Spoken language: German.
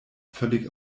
völlig